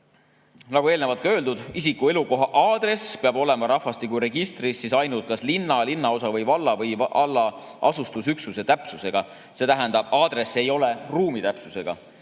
nagu eelnevalt öeldud, [järgmised]: isiku elukoha aadress peab olema rahvastikuregistris ainult linna ja linnaosa või valla või valla asustusüksuse täpsusega, see tähendab, et aadress ei ole ruumi täpsusega;